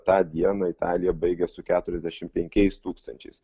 tą dieną italija baigė su keturiasdešimt penkiais tūkstančiais